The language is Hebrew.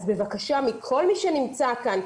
אז בבקשה מכל מי שנמצא כאן,